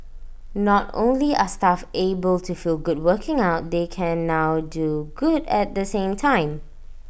not only are staff able to feel good working out they can now do good at the same time